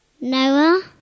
Noah